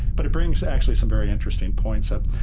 but it brings actually some very interesting points up.